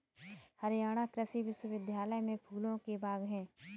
हरियाणा कृषि विश्वविद्यालय में फूलों के बाग हैं